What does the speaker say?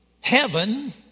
heaven